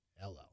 Hello